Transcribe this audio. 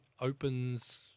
opens